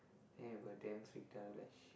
then we were like damn freaked out like sh~